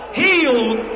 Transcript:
healed